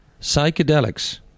Psychedelics